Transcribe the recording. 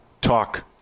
Talk